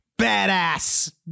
badass